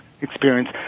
experience